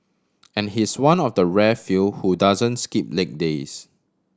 and he's one of the rare few who doesn't skip leg days